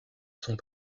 sont